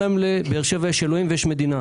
ראש עיריית באר שבע המיתולוגי היה אומר,